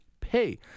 pay